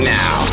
now